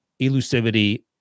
elusivity